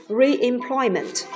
re-employment